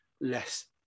less